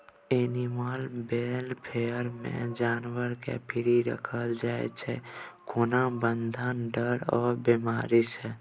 animal welfare मे जानबर केँ फ्री राखल जाइ छै कोनो बंधन, डर आ बेमारी सँ